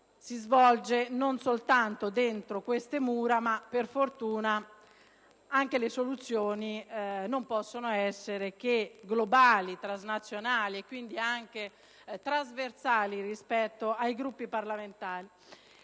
si svolge non soltanto dentro queste mura e quindi, per fortuna, anche le soluzioni non possono che essere globali, transnazionali e anche trasversali rispetto ai Gruppi parlamentari.